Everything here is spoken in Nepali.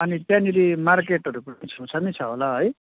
अनि त्यहाँनिर मार्केटहरू पनि छेउछाउमा छ होला है